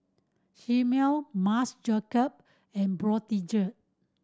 Chomel Marc Jacob and Brotzeit